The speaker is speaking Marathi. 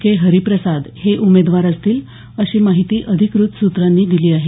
के हरीप्रसाद हे उमेदवार असतील अशी माहिती अधिकृत सूत्रांनी दिली आहे